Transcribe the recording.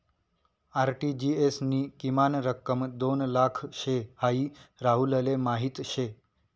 RTGS नी किमान रक्कम दोन लाख शे हाई राहुलले माहीत शे